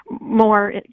more